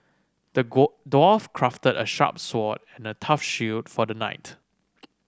the dwarf crafted a sharp sword and a tough shield for the knight